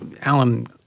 Alan